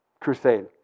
crusade